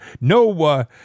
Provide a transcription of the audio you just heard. No